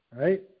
right